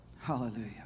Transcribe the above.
Hallelujah